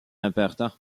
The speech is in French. important